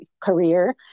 career